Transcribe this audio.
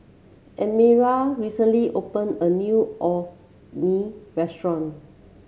Elmira recently opened a new Orh Nee Restaurant